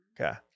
Okay